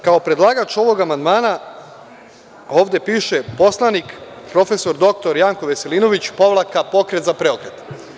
Kao predlagač ovog amandmana ovde piše – poslanik profesor doktor Janko Veselinović - Pokret za preokret.